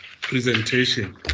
Presentation